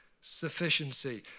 sufficiency